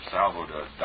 Salvador